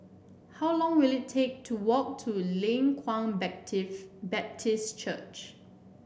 how long will it take to walk to Leng Kwang Baptist Church